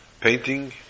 painting